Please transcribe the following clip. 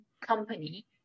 company